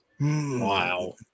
wow